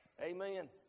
Amen